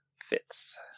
fits